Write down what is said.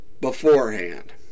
beforehand